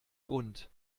grund